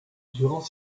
durant